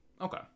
Okay